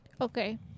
Okay